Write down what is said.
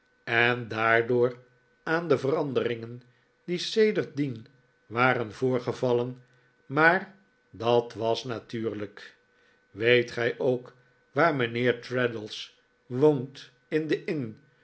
en daardoor aan de veranderingen die sedertdien waren voorgevallen maar dat was natuurlijk weet gij ook waar mijnheer traddles woont in de inn